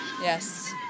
Yes